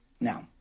Now